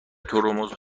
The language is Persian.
ترمز